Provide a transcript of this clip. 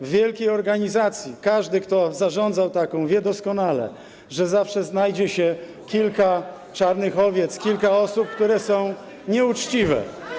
W wielkiej organizacji - każdy, kto taką zarządzał, wie o tym doskonale - zawsze znajdzie się kilka czarnych owiec, kilka osób, które są nieuczciwe.